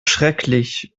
schrecklich